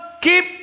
keep